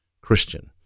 Christian